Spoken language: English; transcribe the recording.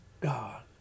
God